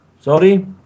Sorry